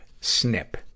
snip